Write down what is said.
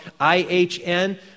IHN